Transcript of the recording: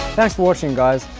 thanks for watching guys!